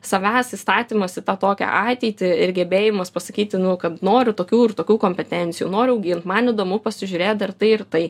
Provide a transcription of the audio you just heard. savęs įstatymas į tą tokią ateitį ir gebėjimas pasakyti kad noriu tokių ir tokių kompetencijų noriu augint man įdomu pasižiūrėt dar tai ir tai